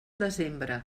desembre